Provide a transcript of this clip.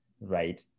right